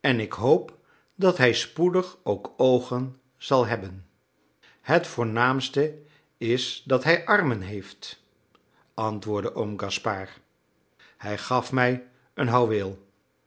en ik hoop dat hij spoedig ook oogen zal hebben het voornaamste is dat hij armen heeft antwoordde oom gaspard hij gaf mij een houweel